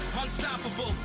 unstoppable